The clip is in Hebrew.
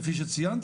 כפי שציינתי,